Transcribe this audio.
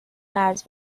قرض